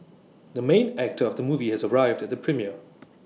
the main actor of the movie has arrived at the premiere